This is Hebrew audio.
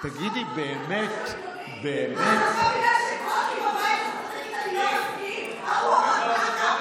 עכשיו, ההוא אמר ככה, ההוא אמר כך.